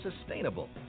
sustainable